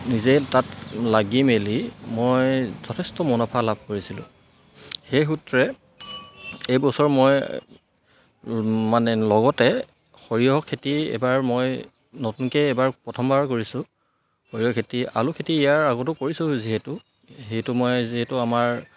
নিজে তাত লাগি মেলি মই যথেষ্ট মুনাফা লাভ কৰিছিলোঁ সেই সূত্ৰে এইবছৰ মই মানে লগতে সৰিয়হ খেতি এইবাৰ মই নতুনকৈ এইবাৰ প্ৰথমবাৰ কৰিছোঁ সৰিয়হ খেতি আলু খেতি ইয়াৰ আগতো কৰিছোঁ যিহেতু সেইটো মই যিহেতু আমাৰ